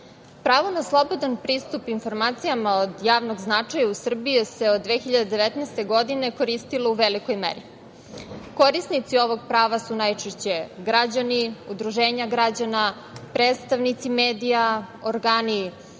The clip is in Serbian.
Pravo na slobodan pristup informacijama od javnog značaja u Srbiji se od 2019. godine koristilo u velikoj meri. Korisnici ovog prava su najčešće građani, udruženja građana, predstavnici medija i organi